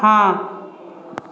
हाँ